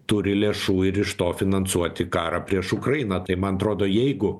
turi lėšų ir iš to finansuoti karą prieš ukrainą tai man atrodo jeigu